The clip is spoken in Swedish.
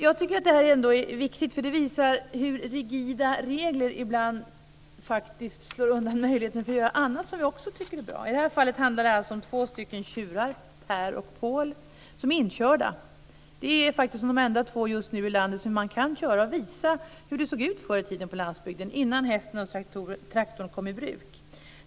Jag tycker att det är viktigt, för det visar hur rigida regler ibland slår undan möjligheten att göra annat som vi också tycker är bra. I det här fallet handlar det om två tjurar, Per och Pål, som är inkörda. De är de enda två i landet just nu som man kan köra och visa hur det såg ut förr i tiden på landsbygden innan hästen och traktorn kom i bruk.